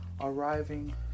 arriving